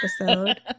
episode